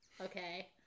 Okay